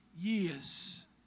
years